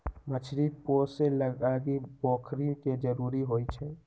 मछरी पोशे लागी पोखरि के जरूरी होइ छै